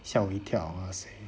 吓我一跳 !wahseh!